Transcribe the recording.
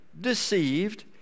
deceived